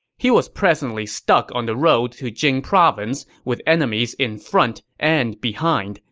he was presently stuck on the road to jing province, with enemies in front and behind,